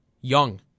young